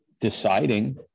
deciding